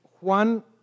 Juan